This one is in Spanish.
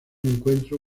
encuentro